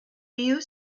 you